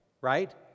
right